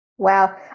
Wow